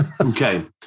Okay